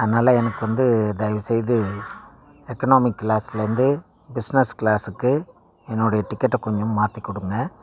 அதனால் எனக்கு வந்து தயவுசெய்து எக்கனாமிக் க்ளாஸ்லிருந்து பிஸ்னஸ் க்ளாஸுக்கு என்னுடைய டிக்கெட்டை கொஞ்சம் மாற்றிக் கொடுங்க